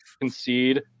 concede